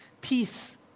Peace